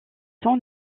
sans